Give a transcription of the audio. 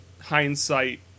hindsight